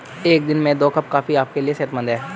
एक दिन में दो कप कॉफी आपके लिए सेहतमंद है